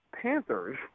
Panthers